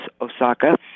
Osaka